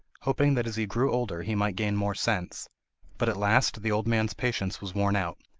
hoping that as he grew older he might gain more sense but at last the old man's patience was worn out,